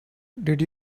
did